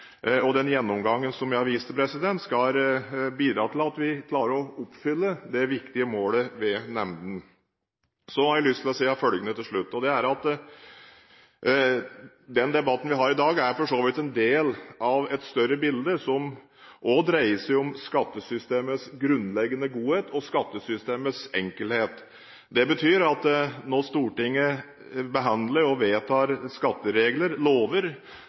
Den gjennomgangen som jeg har vist til, skal bidra til at vi klarer å oppfylle det viktige målet med nemndene. Så har jeg også lyst til å si følgende: Den debatten vi har i dag, er for så vidt en del av et større bilde som også dreier seg om at skattesystemet er grunnleggende godt og om skattesystemets enkelhet. Når Stortinget behandler og vedtar skatteregler